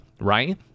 right